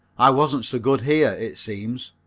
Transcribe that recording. i wasn't so good here, it seems.